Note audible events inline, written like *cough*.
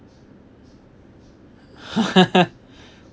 *laughs*